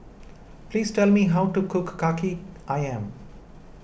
please tell me how to cook Kaki Ayam